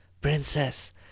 Princess